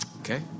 Okay